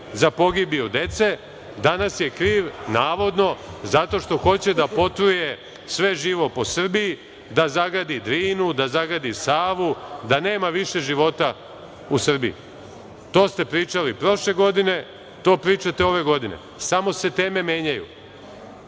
za pogibiju dece, danas je kriv navodno zato što hoće potruje sve živo po Srbiji, da zagadi Drinu, Savu, da nema više života u Srbiji i to ste pričali prošle godine, to pričate ove godine, samo se teme menjaju